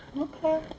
Okay